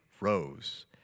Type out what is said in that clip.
rose